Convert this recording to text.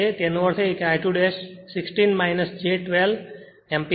તેનો અર્થ એ કે I2 16 j 12 એમ્પીયર હશે